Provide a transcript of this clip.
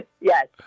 Yes